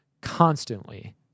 constantly